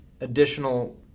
additional